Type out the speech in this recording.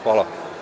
Hvala.